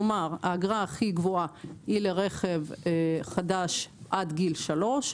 כלומר, האגרה הכי גבוהה היא לרכב חדש עד גיל שלוש.